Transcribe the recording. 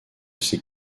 ses